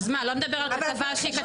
אז מה, לא נדבר על כתבה שפורסמה?